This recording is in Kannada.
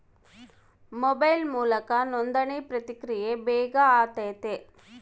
ಮೊಬೈಲ್ ಮೂಲಕ ನೋಂದಣಿ ಪ್ರಕ್ರಿಯೆ ಬೇಗ ಆತತೆ